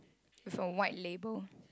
with a white label